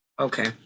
okay